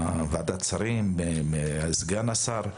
בוועדת השרים ולכל מה שאמר סגן השר.